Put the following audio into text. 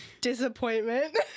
disappointment